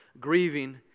grieving